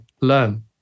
learn